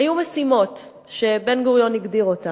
היו משימות שבן-גוריון הגדיר אותן.